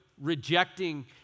rejecting